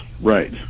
right